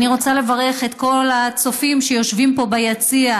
אני רוצה לברך את כל הצופים שיושבים פה ביציע,